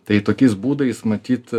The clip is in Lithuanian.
tai tokiais būdais matyt